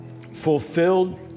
fulfilled